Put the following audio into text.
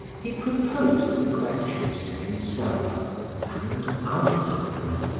he proposed the questions to himself and answered them.